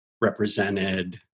represented